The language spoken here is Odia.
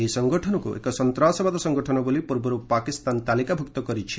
ଏହି ସଂଗଠନକୁ ଏକ ସନ୍ତାସବାଦ ସଂଗଠନ ବୋଲି ପୂର୍ବରୁ ପାକିସ୍ତାନ ତାଲିକାଭୁକ୍ତ କରିଛି